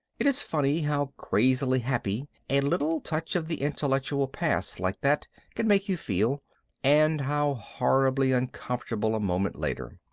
it is funny how crazily happy a little touch of the intellectual past like that can make you feel and how horribly uncomfortable a moment later.